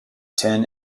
ten